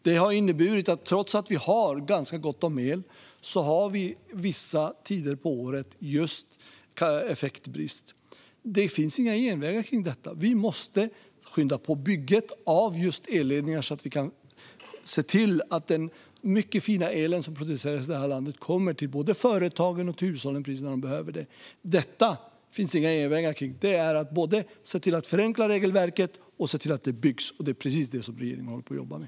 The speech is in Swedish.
Det har inneburit att vi har effektbrist vissa tider på året, trots att vi har ganska gott om el. Det finns inga genvägar kring detta. Vi måste skynda på bygget av elledningar, så att vi kan se till att den mycket fina el som produceras i landet kommer till både företagen och hushållen precis när de behöver den. Det gäller att både förenkla regelverket och se till att det byggs, och det är precis det som regeringen håller på och jobbar med.